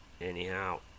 anyhow